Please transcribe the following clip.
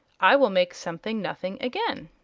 i will make something nothing again.